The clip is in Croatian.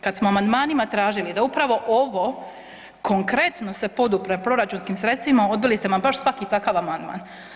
Kad smo amandmanima tražili da upravo ovo konkretno se podupre proračunskim sredstvima odbili ste ama baš svaki takav amandman.